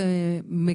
וגם